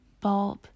bulb